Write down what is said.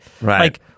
Right